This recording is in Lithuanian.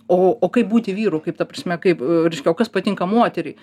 o o kaip būti vyru kaip ta prasme kaip reiškia o kas patinka moteriai